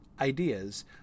ideas